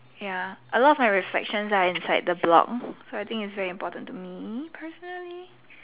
ya a lot of my reflections are inside the blog so I think it is very important to me personally